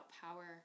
power